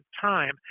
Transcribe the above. time